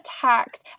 tax